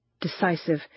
Decisive